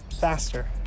faster